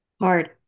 Hard